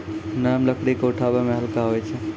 नरम लकड़ी क उठावै मे हल्का होय छै